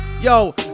Yo